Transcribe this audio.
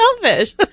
selfish